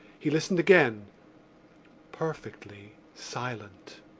he listened again perfectly silent.